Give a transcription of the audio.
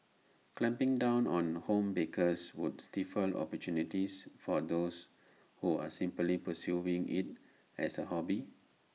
clamping down on home bakers would stifle opportunities for those who are simply pursuing IT as A hobby